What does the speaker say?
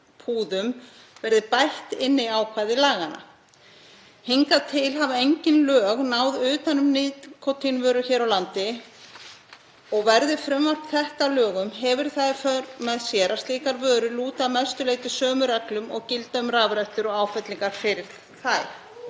verði bætt inn í ákvæði laganna. Hingað til hafa engin lög náð utan um nikótínvörur hér á landi og verði frumvarp þetta að lögum hefur það í för með sér að slíkar vörur lúti að mestu leyti sömu reglum og gilda um rafrettur og áfyllingar fyrir þær.